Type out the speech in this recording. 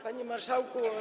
Panie Marszałku!